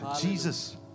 Jesus